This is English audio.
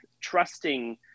trusting